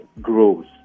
grows